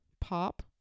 pop